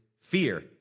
fear